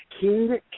King